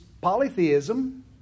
polytheism